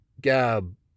Gab